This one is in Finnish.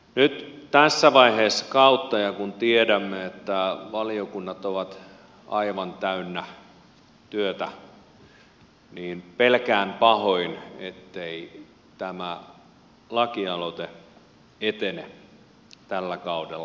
nyt tässä vaiheessa kautta ja kun tiedämme että valiokunnat ovat aivan täynnä työtä pelkään pahoin ettei tämä lakialoite etene tällä kaudella maaliin